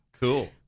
Cool